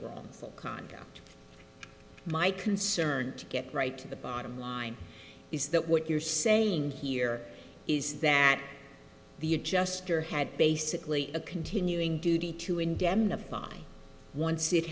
wrongful conduct my concern to get right to the bottom line is that what you're saying here is that the adjuster had basically a continuing duty